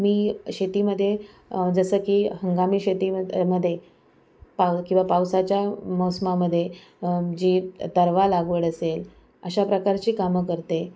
मी शेतीमध्ये जसं की हंगामी शेतीम मध्ये पाव किंवा पावसाच्या मौसमामध्ये जी तरवा लागवड असेल अशा प्रकारची कामं करते